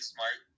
Smart